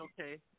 okay